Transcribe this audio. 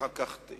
אחר כך,